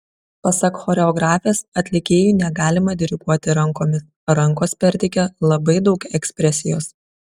pasak choreografės atlikėjui negalima diriguoti rankomis rankos perteikia labai daug ekspresijos